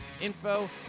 info